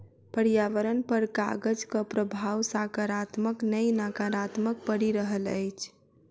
पर्यावरण पर कागजक प्रभाव साकारात्मक नै नाकारात्मक पड़ि रहल अछि